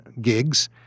gigs